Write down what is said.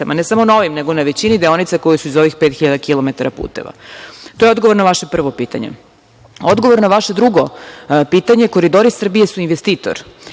ne samo na ovim, nego na većini deonica koje su iz ovih 5.000 kilometara puteva. To je odgovor na vaše prvo pitanje. Odgovor na vaše drugo pitanje, Koridori Srbije su investitor